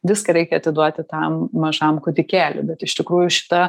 viską reikia atiduoti tam mažam kūdikėliui bet iš tikrųjų šita